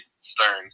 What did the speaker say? Stern